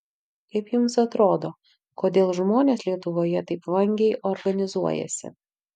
kaip jums atrodo kodėl žmonės lietuvoje taip vangiai organizuojasi